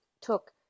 took